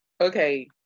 okay